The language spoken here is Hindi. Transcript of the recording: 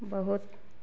बहुत